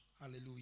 Hallelujah